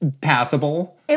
passable